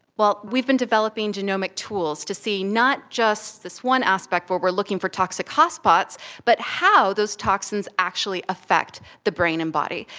well, we've been developing genomic tools to see not just this one aspect where we are looking for toxic hotspots but how those toxins actually affect the brain and body.